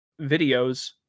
videos